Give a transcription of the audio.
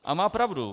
A má pravdu.